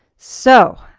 so,